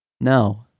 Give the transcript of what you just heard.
no